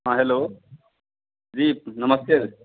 हाँ हेलऊ जी नमस्ते